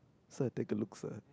sir take a look sir